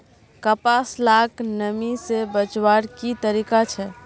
कपास लाक नमी से बचवार की तरीका छे?